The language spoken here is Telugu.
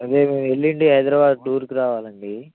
అదే మేము ఎల్లుండి హైదరాబాద్ టూర్కి రావాలండి